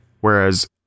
Whereas